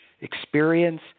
experience